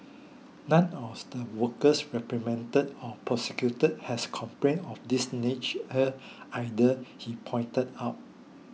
none of the workers repatriated or prosecuted had complaints of this nature either he pointed out